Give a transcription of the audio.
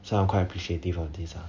so I'm quite appreciative of this ah